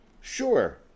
Sure